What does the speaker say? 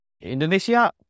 Indonesia